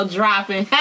dropping